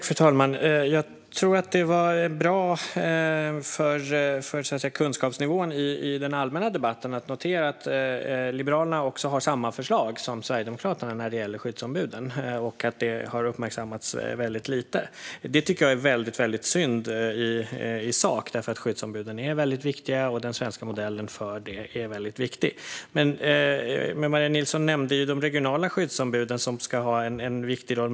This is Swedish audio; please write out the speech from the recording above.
Fru talman! Det var bra för kunskapsnivån i den allmänna debatten att notera att Liberalerna har samma förslag som Sverigedemokraterna när det gäller skyddsombuden och att det har uppmärksammats väldigt lite. Det tycker jag är väldigt synd i sak. Skyddsombuden är väldigt viktiga, och den svenska modellen för det är väldigt viktig. Maria Nilsson nämnde att de regionala skyddsombuden ska ha en viktig roll.